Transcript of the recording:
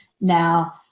Now